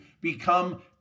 become